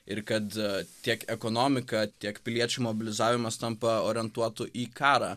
ir kad tiek ekonomika tiek piliečių mobilizavimas tampa orientuotu į karą